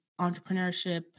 entrepreneurship